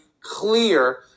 clear